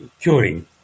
curing